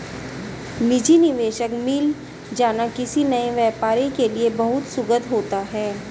निजी निवेशक मिल जाना किसी नए व्यापारी के लिए बहुत सुखद होता है